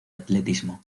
atletismo